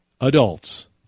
adults